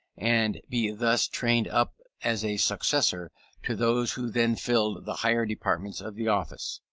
and be thus trained up as a successor to those who then filled the higher departments of the office.